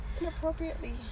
inappropriately